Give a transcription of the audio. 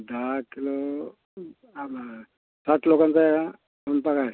दहा किलो सामान साठ लोकांचा आहे हा स्वयंपाक आहे